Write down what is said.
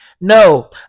No